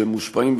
שמושפעים,